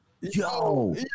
Yo